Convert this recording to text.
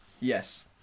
yes